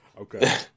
okay